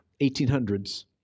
1800s